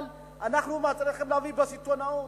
אבל אנחנו מצליחים להביא בסיטונאות.